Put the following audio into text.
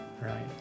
right